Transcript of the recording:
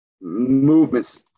movements